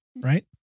right